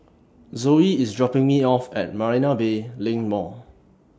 Zoey IS dropping Me off At Marina Bay LINK Mall